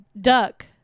Duck